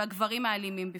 והגברים האלימים בפרט.